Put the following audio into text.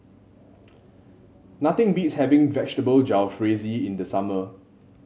nothing beats having Vegetable Jalfrezi in the summer